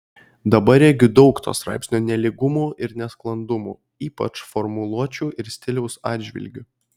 dabar regiu daug to straipsnio nelygumų ir nesklandumų ypač formuluočių ir stiliaus atžvilgiu